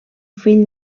fill